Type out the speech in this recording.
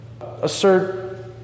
Assert